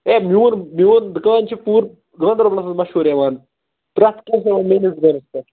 ہَے میٛون میٛون دُکان چھُ پوٗرٕ گانٛدر بَلَس منٛز مَشہوٗر یِوان پرٛتھ کانٛہہ چھُ یِوان میٛٲنِس دُکانَس پیٚٹھ